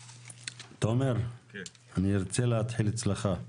תומר, אני ארצה להתחיל אתך,